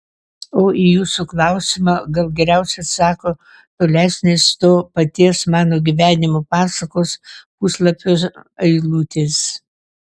o į jūsų klausimą gal geriausiai atsako tolesnės to paties mano gyvenimo pasakos puslapio eilutės